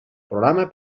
programa